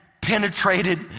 penetrated